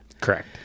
Correct